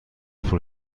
پول